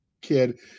kid